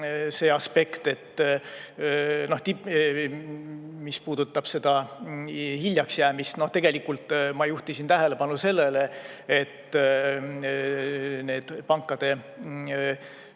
see aspekt, mis puudutab seda hiljaks jäämist. Tegelikult ma juhtisin tähelepanu sellele, et need pankade